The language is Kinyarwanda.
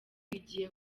igiye